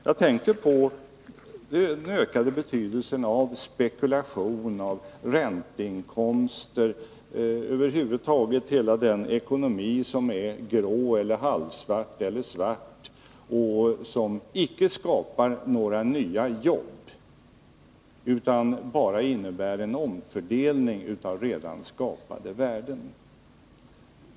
Jag tänker på den ökade betydelsen av spekulation, av ränteinkomster och över huvud taget av hela den ekonomi som är grå, halvsvart eller svart och som icke skapar några nya jobb utan bara innebär en omfördelning av redan skapade värden.